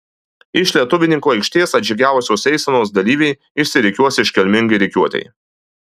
iš lietuvininkų aikštės atžygiavusios eisenos dalyviai išsirikiuos iškilmingai rikiuotei